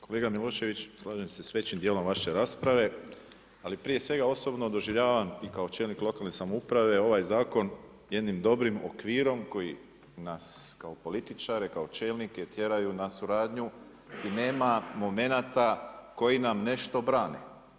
Kolega Milošević, slažem se s većim djelom vaše rasprave ali prije svega osobno doživljavam i kao čelnik lokalne samouprave ovaj zakon jednim dobrim okvirom koji nas kao političare, kao čelnike tjeraju na suradnju, nema momenata koji nam nešto brane.